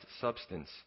substance